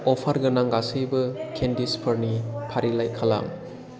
अफार गोनां गासैबो केन्डिसफोरनि फारिलाइ खालाम